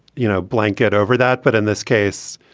you know, blanket over that. but in this case,